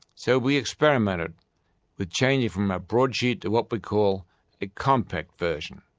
so we experimented with changing from a broadsheet to what we call a compact version.